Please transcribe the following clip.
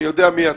אני יודע מי אתה.